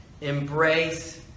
Embrace